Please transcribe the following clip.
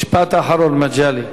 משפט אחרון, מגלי.